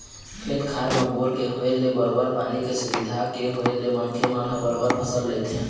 खेत खार म बोर के होय ले बरोबर पानी के सुबिधा के होय ले मनखे मन ह बरोबर फसल लेथे